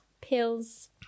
pills